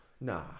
Nah